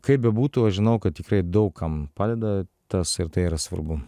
kaip bebūtų aš žinau kad tikrai daug kam padeda tas ir tai yra svarbu